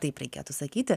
taip reikėtų sakyti